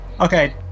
okay